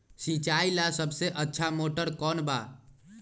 सिंचाई ला सबसे अच्छा मोटर कौन बा?